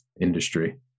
industry